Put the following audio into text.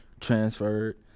Transferred